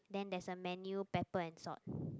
then there's a menu pepper and salt